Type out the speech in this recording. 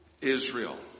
Israel